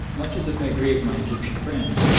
much as it may grieve my egyptian friends,